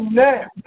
now